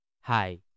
hi